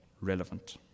relevant